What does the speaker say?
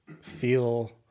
feel